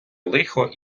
лихо